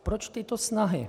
Proč tyto snahy?